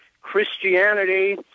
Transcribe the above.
Christianity